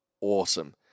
awesome